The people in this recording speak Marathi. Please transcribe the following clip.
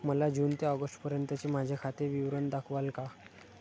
मला जून ते ऑगस्टपर्यंतचे माझे खाते विवरण दाखवाल का?